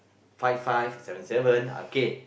five five seven seven okay